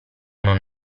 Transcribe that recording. non